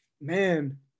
Man